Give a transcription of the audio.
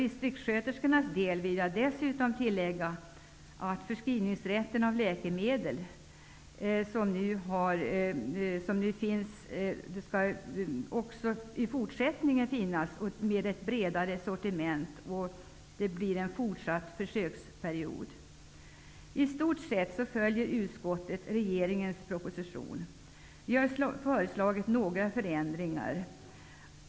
Jag vill dessutom tillägga att den förskrivningsrätt av läkemedel för distriktssköterskor som nu finns också i fortsättningen skall finnas och att den skall gälla ett bredare sortiment. Det blir en fortsatt försöksperiod. I stort sett följer utskottsmajoriteten regeringens proposition. Vi har föreslagit några förändringar.